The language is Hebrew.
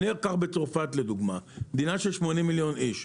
ניקח את צרפת לדוגמא, מדינה של שמונים מיליון איש.